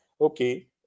Okay